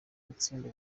batsinda